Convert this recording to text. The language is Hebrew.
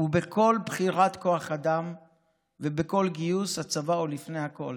ובכל בחירת כוח אדם ובכל גיוס הצבא הוא לפני הכול,